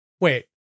wait